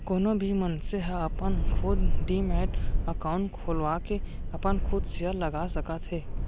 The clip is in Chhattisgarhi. कोनो भी मनसे ह अपन खुद डीमैट अकाउंड खोलवाके अपन खुद सेयर लगा सकत हे